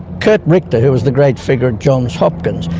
curt richter, who was the great figure at johns hopkins,